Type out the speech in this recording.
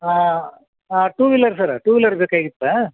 ಹಾಂ two wheeler sir two wheeler ಬೇಕಾಗಿತ್ತಾ